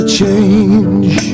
change